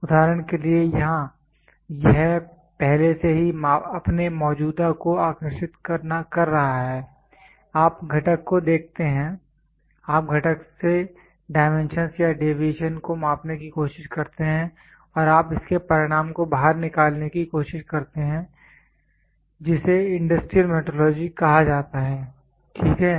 उदाहरण के लिए यहां यह पहले से ही अपने मौजूदा को आकर्षित कर रहा है आप घटक को देखते हैं आप घटक से डाइमेंशंस या डेविएशन को मापने की कोशिश करते हैं और आप इसके परिणाम को बाहर निकालने की कोशिश करते हैं जिसे इंडस्ट्रियल मेट्रोलॉजी कहा जाता है ठीक है